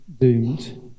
doomed